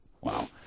Wow